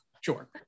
Sure